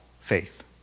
faith